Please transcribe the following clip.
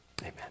Amen